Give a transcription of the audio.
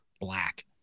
Black